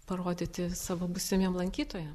parodyti savo būsimiem lankytojam